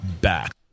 back